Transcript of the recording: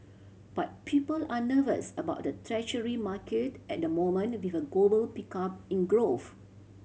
but people are nervous about the Treasury market at the moment with a global pickup in growth